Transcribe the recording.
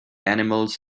animals